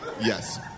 Yes